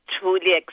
truly